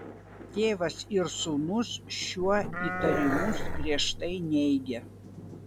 tėvas ir sūnus šiuo įtarimus griežtai neigia